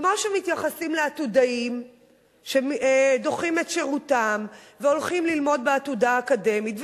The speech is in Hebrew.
כמו שמתייחסים לעתודאים שדוחים את שירותם והולכים ללמוד בעתודה האקדמית,